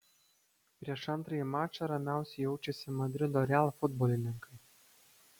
prieš antrąjį mačą ramiausiai jaučiasi madrido real futbolininkai